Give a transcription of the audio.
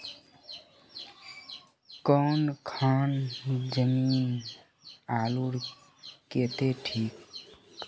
कौन खान जमीन आलूर केते ठिक?